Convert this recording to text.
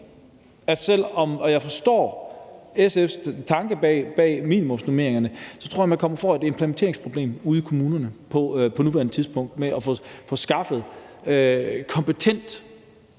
– og jeg forstår SF's tanke bag minimumsnormeringerne – at man kommer til at få et implementeringsproblem ude i kommunerne på nuværende tidspunkt med at få skaffet kompetent